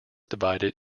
divided